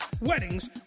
weddings